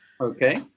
Okay